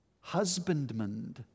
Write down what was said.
Husbandman